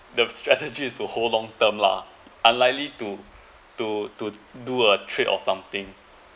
the strategy is to hold how long term lah unlikely to to to do a trade or something